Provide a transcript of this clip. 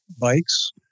bikes